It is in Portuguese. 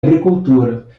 agricultura